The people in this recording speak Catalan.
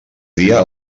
dia